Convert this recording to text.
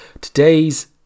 today's